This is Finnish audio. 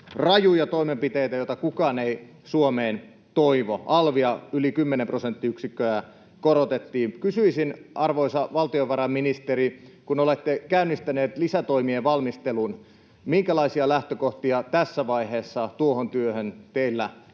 rajuja toimenpiteitä, joita kukaan ei Suomeen toivo, alvia korotettiin yli 10 prosenttiyksikköä. Kysyisin, arvoisa valtiovarainministeri, kun olette käynnistänyt lisätoimien valmistelun: minkälaisia lähtökohtia tässä vaiheessa tuohon työhön teillä on?